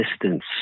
distance